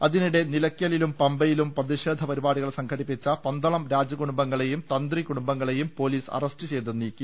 അതിനിടെ നിലയ്ക്കലിലും പമ്പയിലും പ്രതിഷേധ പരിപാടികൾ സംഘടി പ്പിച്ച പന്തളം രാജകുടുംബാംഗങ്ങളെയും തന്ത്രി കുടുംബാംഗങ്ങളെയും പോ ലീസ് അറസ്റ്റ് ചെയ്ത് നീക്കി